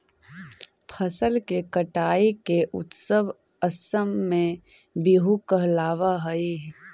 फसल के कटाई के उत्सव असम में बीहू कहलावऽ हइ